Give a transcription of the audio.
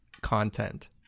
content